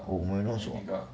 oh mourinho also ah